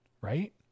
right